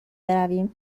برویم